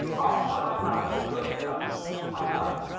also i brought these crooked knooks, whom i love.